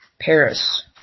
Paris